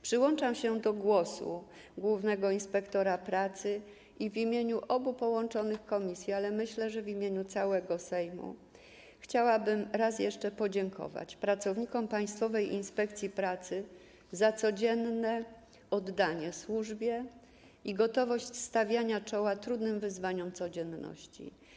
Przyłączam się do głosu głównego inspektora pracy i w imieniu obu połączonych komisji, ale myślę, że i w imieniu całego Sejmu, chciałabym raz jeszcze podziękować pracownikom Państwowej Inspekcji Pracy za codzienne oddanie służbie i gotowość stawiania czoła trudnym wyzwaniom codzienności.